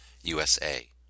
USA